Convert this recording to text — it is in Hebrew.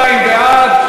42 בעד,